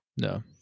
No